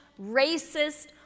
racist